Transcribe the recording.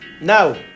now